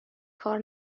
کار